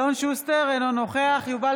אלון שוסטר, אינו נוכח יובל